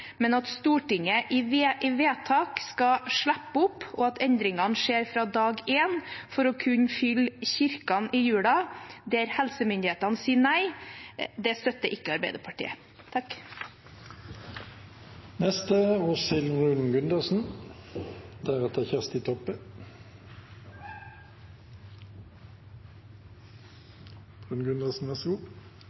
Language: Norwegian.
men at Stortinget i vedtak skal slippe opp, og at endringene skjer fra dag én for å kunne fylle kirkene i julen der helsemyndighetene sier nei, støtter ikke Arbeiderpartiet. Fremskrittspartiet har fremmet dette forslaget om å likestille benker og